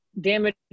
damage